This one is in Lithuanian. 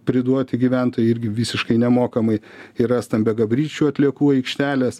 priduoti gyventojai irgi visiškai nemokamai yra stambiagabaričių atliekų aikštelės